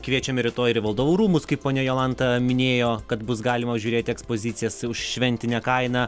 kviečiame rytoj ir į valdovų rūmus kaip ponia jolanta minėjo kad bus galima žiūrėti ekspozicijas už šventinę kainą